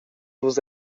vus